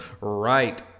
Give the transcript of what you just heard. right